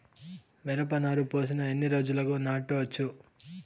మిరప నారు పోసిన ఎన్ని రోజులకు నాటచ్చు?